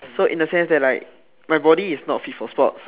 so in a sense that like my body is not fit for sports